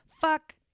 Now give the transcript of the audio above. Fuck